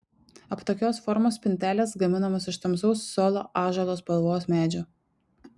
aptakios formos spintelės gaminamos iš tamsaus solo ąžuolo spalvos medžio